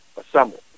assembled